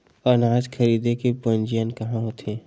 अनाज खरीदे के पंजीयन कहां होथे?